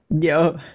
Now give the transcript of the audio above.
Yo